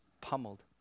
pummeled